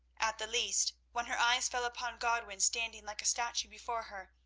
at the least, when her eyes fell upon godwin standing like a statue before her,